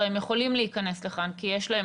כי הרי הם יכולים להיכנס לכאן כי יש להם